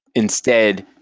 instead,